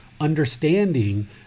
understanding